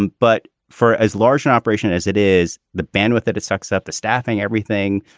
but for as large an operation as it is the bandwidth that it sucks up, the staffing, everything.